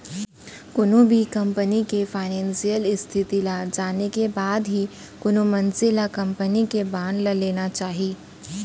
कोनो भी कंपनी के फानेसियल इस्थिति ल जाने के बाद ही कोनो मनसे ल कंपनी के बांड ल लेना चाही